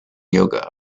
yoga